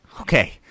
Okay